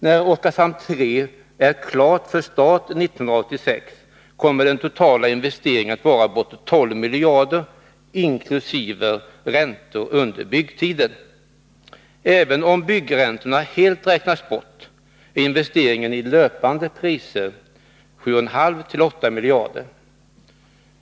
När Oskarshamn 3 är klart för start 1986 kommer den totala investeringskostnaden att vara bortåt 12 miljarder, inkl. räntor under byggtiden. Även om byggräntorna helt räknas bort uppgår investeringen i löpande priser till 7,5-8 miljarder.